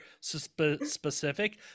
specific